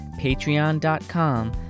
patreon.com